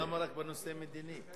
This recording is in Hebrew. למה רק בנושא מדיני?